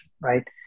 right